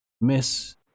Miss